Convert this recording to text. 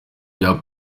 bya